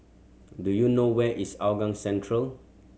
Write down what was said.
do you know where is Hougang Central